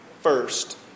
first